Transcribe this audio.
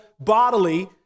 bodily